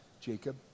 Jacob